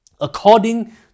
according